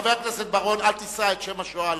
חבר הכנסת בר-און, אל תישא את שם השואה לשווא.